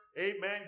Amen